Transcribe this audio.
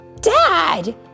Dad